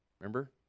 Remember